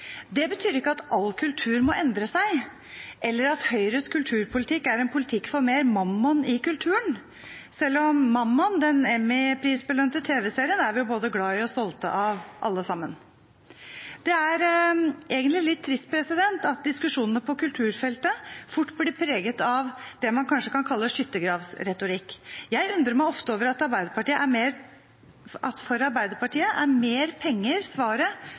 Det betyr ikke at all kultur må endre seg, eller at Høyres kulturpolitikk er en politikk for mer mammon i kulturen – selv om «Mammon», den Emmy-prisbelønte tv-serien, er vi både glad i og stolte av, alle sammen. Det er egentlig litt trist at diskusjonene på kulturfeltet fort blir preget av det man kanskje kan kalle skyttergravsretorikk. Jeg undrer meg ofte over at for Arbeiderpartiet er mer penger svaret,